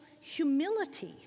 humility